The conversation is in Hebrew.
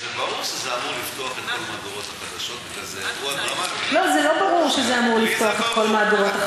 המסקנה היא שהתקשורת לא בסדר.